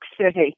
City